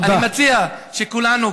אני מציע שכולנו,